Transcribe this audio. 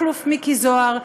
מכלוף מיקי זוהר,